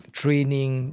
training